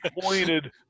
pointed